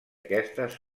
aquestes